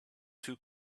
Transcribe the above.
two